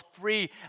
free